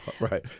Right